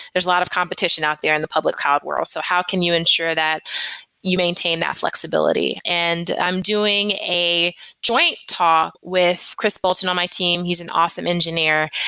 there's a lot of competition out there in the public cloud world. so how can you ensure that you maintain that flexibility? and i'm doing a joint talk with chris bolton on my team. he's an awesome engineer.